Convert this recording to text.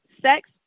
sex